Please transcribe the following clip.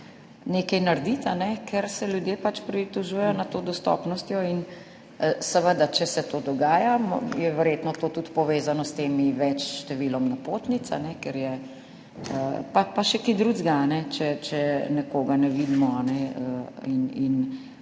nekaj narediti, ker se ljudje pritožujejo nad dostopnostjo. In seveda, če se to dogaja, je verjetno to tudi povezano z večjim številom napotnic, pa še čim drugim, če nekoga ne vidimo in